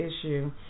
issue